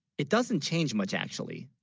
it doesn't change much actually